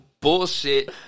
bullshit